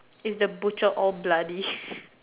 is the butcher all bloody